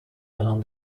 along